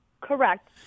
correct